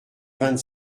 vingt